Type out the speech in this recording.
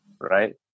right